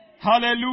Hallelujah